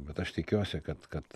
bet aš tikiuosi kad kad